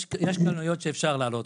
יש קלנועיות שאפשר להעלות,